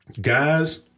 Guys